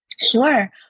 Sure